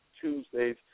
Tuesdays